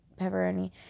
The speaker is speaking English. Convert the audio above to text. pepperoni